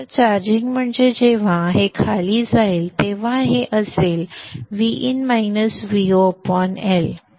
तर चार्जिंग म्हणजे जेव्हा हे खाली जाईल तेव्हा हे असेल Vin - Vo L